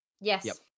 Yes